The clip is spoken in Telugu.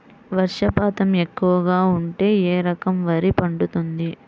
వర్షపాతం ఎక్కువగా ఉంటే ఏ రకం వరి పండుతుంది?